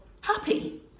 happy